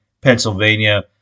Pennsylvania